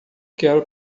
quero